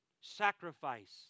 Sacrifice